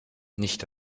nicht